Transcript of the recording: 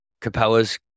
Capella's